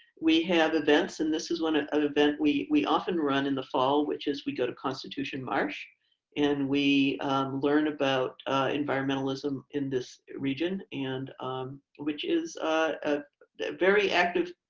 we have events, and this is one ah other event we we often run in the fall, which is we go to constitution marsh and we learn about environmentalism in this region, and which is ah very active.